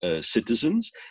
Citizens